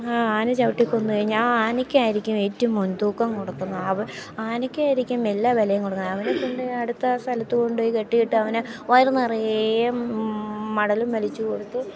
ആ ആന ചവിട്ടിക്കൊന്നു കഴിഞ്ഞാൽ ആ ആനയ്ക്കായിരിക്കും ഏറ്റവും മുൻതൂക്കം കൊടുക്കുന്നത് അവ ആനയ്ക്കായിരിക്കും എല്ലാ വിലയും കൊടുക്കുന്നത് അവനെ കൊണ്ടുപോയി അടുത്ത സ്ഥലത്തു കൊണ്ടുപോയി കെട്ടിയിട്ട് അവന് വയറു നിറയെ മടലും വലിച്ചു കൊടുത്ത്